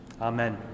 Amen